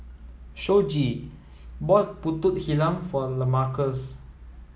Shoji bought Pulut Hitam for Lamarcus